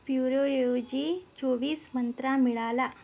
प्युरोऐवजी चोवीस मंत्रा मिळाला